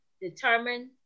determined